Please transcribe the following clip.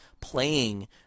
playing